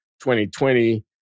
2020